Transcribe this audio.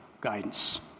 guidance